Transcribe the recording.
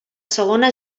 segona